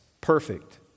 perfect